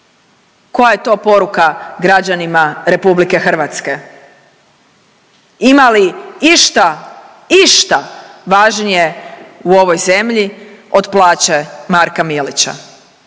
Koja je to poruka građanima RH? Ima li išta, išta važnije u ovoj zemlji od plaće Marka Milića?